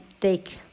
take